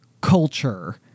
culture